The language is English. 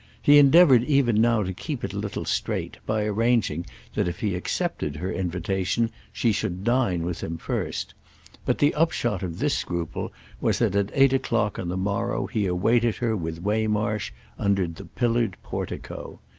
he endeavoured even now to keep it a little straight by arranging that if he accepted her invitation she should dine with him first but the upshot of this scruple was that at eight o'clock on the morrow he awaited her with waymarsh under the pillared portico.